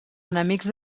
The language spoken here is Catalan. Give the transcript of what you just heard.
enemics